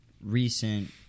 recent